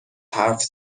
حرف